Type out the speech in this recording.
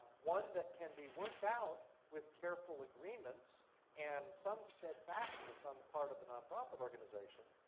one that can be worked out with careful agreements and some steadfastness on the part of the non-profit organization.